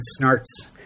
Snart's